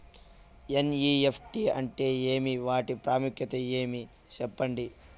NEFT అంటే ఏమి వాటి ప్రాముఖ్యత ఏమి? సెప్పండి?